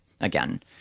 again